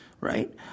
right